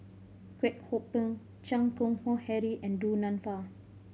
Kwek Hong Png Chan Keng Howe Harry and Du Nanfa